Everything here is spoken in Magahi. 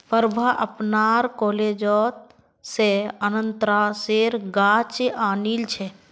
प्रभा अपनार कॉलेज स अनन्नासेर गाछ आनिल छ